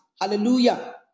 Hallelujah